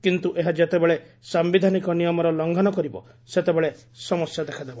କିନ୍ତୁ ଏହା ଯେତେବେଳେ ସାୟିଧାନିକ ନିୟମର ଲଙ୍ଘନ କରିବ ସେତେବେଳେ ସମସ୍ୟା ଦେଖାଦେବ